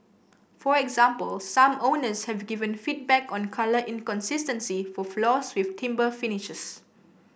for example some owners have given feedback on colour inconsistencies for floors with timber finishes